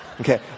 Okay